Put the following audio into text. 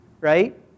Right